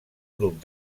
grup